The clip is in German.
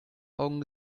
augen